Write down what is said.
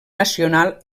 nacional